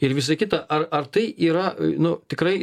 ir visa kita ar ar tai yra nu tikrai